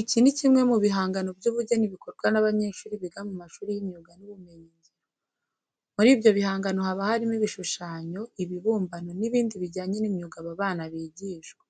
Iki ni kimwe mu bihangano by'ubugeni bikorwa n'abanyeshuri biga mu mashuri y'imyuga n'ibumenyingiro. Muri ibyo bihangano haba harimo ibishushanyo, ibibumbano n'ibindi bijyanye n'imyuga aba bana bigishwa.